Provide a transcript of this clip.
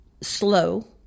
slow